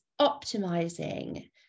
optimizing